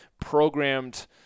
programmed